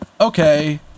Okay